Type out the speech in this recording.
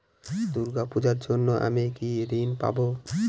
দূর্গা পূজার জন্য কি আমি ঋণ পাবো?